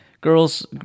girls